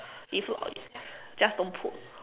if not just don't put